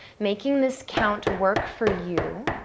making this count work for you,